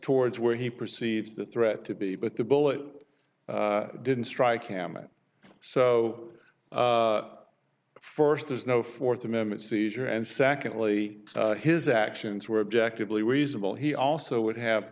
towards where he perceives the threat to be but the bullet didn't strike camera so first there's no fourth amendment seizure and secondly his actions were objective lee reasonable he also would have